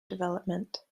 development